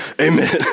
amen